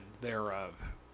thereof